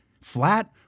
Flat